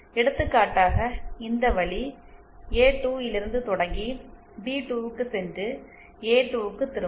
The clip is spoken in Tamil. எடுத்துக்காட்டாக இந்த வழி ஏ2 லிருந்து தொடங்கி பி2க்குச் சென்று ஏ2 க்குத் திரும்பும்